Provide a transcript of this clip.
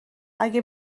اگه